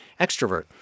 extrovert